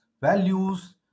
values